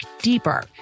deeper